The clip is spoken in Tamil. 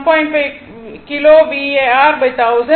5 kilo VAr 1000